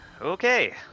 Okay